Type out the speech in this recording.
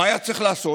מה היה צריך לעשות?